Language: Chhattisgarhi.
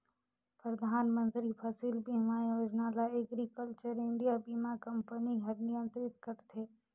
परधानमंतरी फसिल बीमा योजना ल एग्रीकल्चर इंडिया बीमा कंपनी हर नियंत्रित करथे